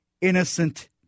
innocent